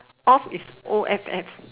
off is O F F